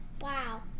Wow